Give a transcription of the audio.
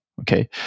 Okay